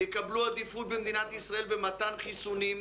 יקבלו עדיפות במדינת ישראל במתן חיסונים,